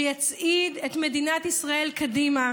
שיצעיד את מדינת ישראל קדימה